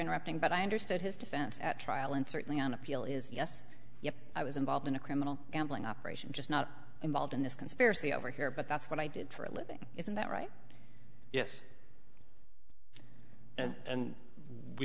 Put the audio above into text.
interrupting but i understood his defense at trial and certainly on appeal is yes i was involved in a criminal ambling operation just not involved in this conspiracy over here but that's what i did for a living isn't that right yes and we